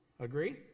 Agree